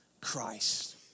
Christ